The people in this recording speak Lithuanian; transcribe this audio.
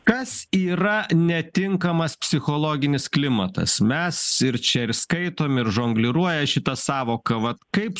kas yra netinkamas psichologinis klimatas mes ir čia ir skaitom ir žongliruoja šita sąvoka vat kaip